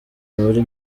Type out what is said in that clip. muri